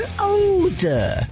older